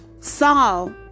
Saul